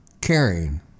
caring